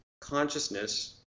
Consciousness